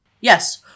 Yes